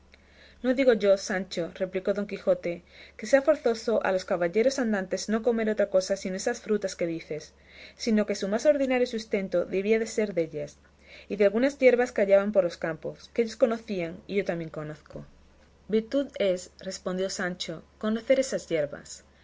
no digo yo sancho replicó don quijote que sea forzoso a los caballeros andantes no comer otra cosa sino esas frutas que dices sino que su más ordinario sustento debía de ser dellas y de algunas yerbas que hallaban por los campos que ellos conocían y yo también conozco virtud es respondió sancho conocer esas yerbas